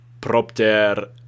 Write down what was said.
propter